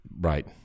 Right